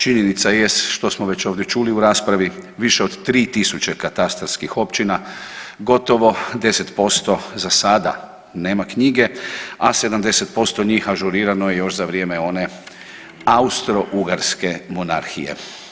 Činjenica jest što smo već ovdje čuli u raspravi više od 3.000 katastarskih općina gotovo 10% za sada nema knjige, a 70% njih ažurirano je još vrijeme one Austrougarske Monarhije.